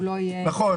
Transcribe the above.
נכון.